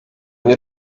nie